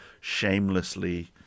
shamelessly